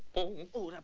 oh,